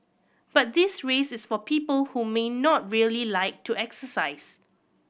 but this race is for people who may not really like to exercise